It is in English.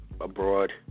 abroad